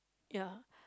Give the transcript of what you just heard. ya